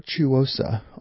virtuosa